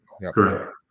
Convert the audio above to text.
Correct